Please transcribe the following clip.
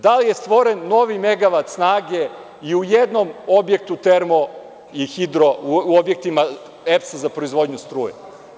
Da li je stvoren novi megavat snage i u jednom objektu termo i hidro u objektima EPS-a za proizvodnju struje?